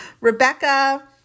Rebecca